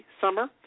summer